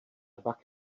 pak